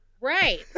right